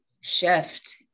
shift